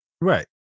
Right